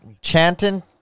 chanting